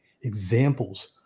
examples